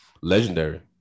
legendary